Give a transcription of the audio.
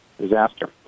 disaster